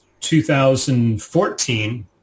2014